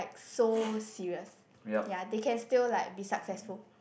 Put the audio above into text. so serious yea they can still like be successful